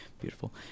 beautiful